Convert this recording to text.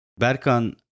Berkan